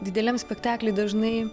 dideliam spektakly dažnai